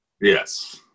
Yes